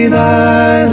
thy